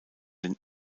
den